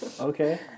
Okay